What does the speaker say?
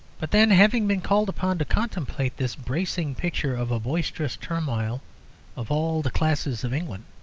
but then, having been called upon to contemplate this bracing picture of a boisterous turmoil of all the classes of england,